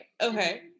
Okay